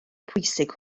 pwysig